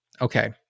Okay